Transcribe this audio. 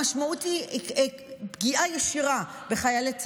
המשמעות היא פגיעה ישירה בחיילי צה"ל,